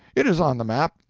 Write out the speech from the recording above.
it is on the map.